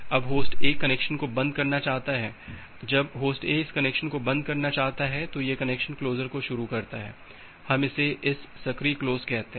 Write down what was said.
अब host A connection को बंद करना चाहता है जब होस्ट ए इस कनेक्शन को बंद करना चाहता है तो यह कनेक्शन क्लोसर को शरू करता है हम इसे एक सक्रिय क्लोज कहते हैं